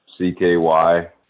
CKY